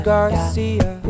Garcia